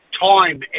time